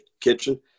kitchen